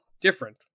different